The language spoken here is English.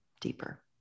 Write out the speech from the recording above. deeper